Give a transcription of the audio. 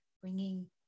bringing